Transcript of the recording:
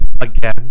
again